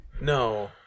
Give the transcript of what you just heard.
No